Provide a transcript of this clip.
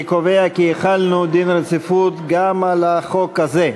אני קובע כי החלנו דין רציפות על הצעת חוק גנים לאומיים,